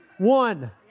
One